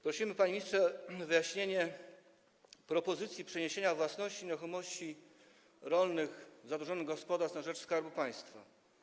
Prosimy, panie ministrze, o wyjaśnienie propozycji przeniesienia własności nieruchomości rolnych zadłużonych gospodarstw na rzecz Skarbu Państwa.